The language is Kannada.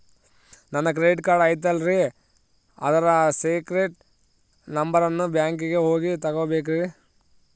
ನನ್ನ ಕ್ರೆಡಿಟ್ ಕಾರ್ಡ್ ಐತಲ್ರೇ ಅದರ ಸೇಕ್ರೇಟ್ ನಂಬರನ್ನು ಬ್ಯಾಂಕಿಗೆ ಹೋಗಿ ತಗೋಬೇಕಿನ್ರಿ?